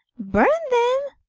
burn them?